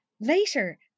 Later